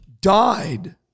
died